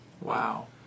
Wow